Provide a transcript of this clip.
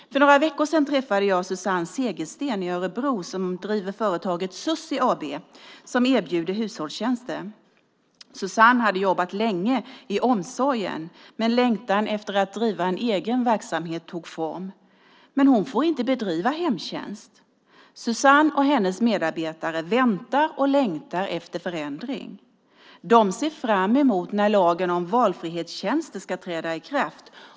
För några veckor sedan träffade jag Susanne Segersten i Örebro. Hon driver företaget Sussi AB som erbjuder hushållstjänster. Susanne hade jobbat länge inom omsorgen, men längtan efter att driva egen verksamhet tog form. Men hon får inte bedriva hemtjänst. Susanne och hennes medarbetare väntar på och längtar efter förändring. De ser fram emot att lagen om valfrihetstjänster träder i kraft.